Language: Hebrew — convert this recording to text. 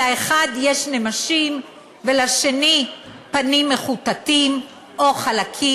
שלאחד יש נמשים ולשני פנים מחוטטות או חלקות.